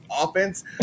offense